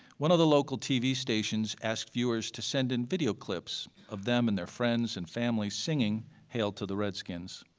one of the local tv stations asked viewers to send in video clips of them and their friends and families singing hail to the redskins.